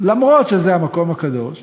אף שזה המקום הקדוש להם,